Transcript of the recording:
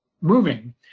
moving